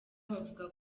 bavuga